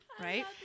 right